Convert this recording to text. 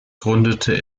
gründete